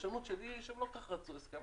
הפרשנות שלי היא שהם לא כל כך רצו הסכם,